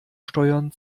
steuern